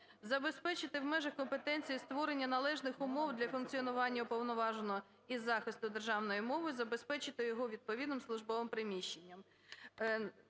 "забезпечити в межах компетенції створення належних умов для функціонування Уповноваженого із захисту державної мови, забезпечити його відповідним службовим приміщенням;".